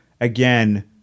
again